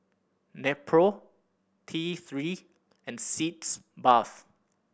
Nepro T Three and Sitz Bath